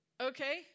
okay